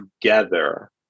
together